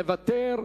מוותר,